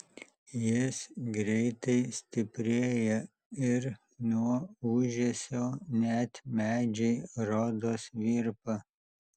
jis greitai stiprėja ir nuo ūžesio net medžiai rodos virpa